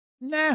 nah